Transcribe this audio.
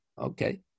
Okay